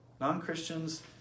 non-Christians